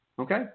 Okay